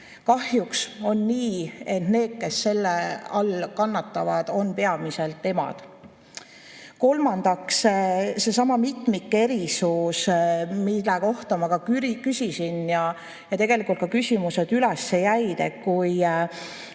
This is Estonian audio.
Kahjuks on nii, et need, kes selle all kannatavad, on peamiselt emad. Kolmandaks, seesama mitmike erisus, mille kohta ma küsisin ja tegelikult ka küsimused üles jäid. Kui